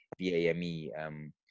BAME